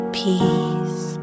peace